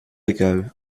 ago